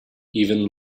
even